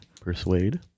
Persuade